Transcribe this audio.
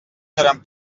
seran